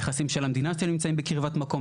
נכסים של המדינה שנמצאים בקרבת מקום.